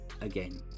again